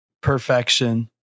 Perfection